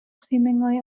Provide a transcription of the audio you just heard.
seemingly